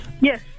Yes